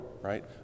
right